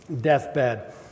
deathbed